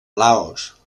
laos